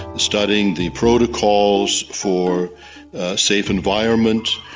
studying the protocols for safe environment,